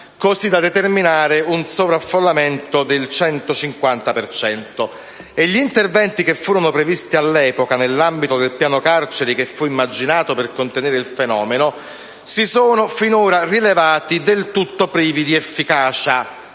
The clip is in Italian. così da determinare un sovraffollamento del 150 per cento e gli interventi che furono previsti all'epoca nell'ambito del piano carceri che fu immaginato per contenere il fenomeno, si sono finora rivelati del tutto privi di efficacia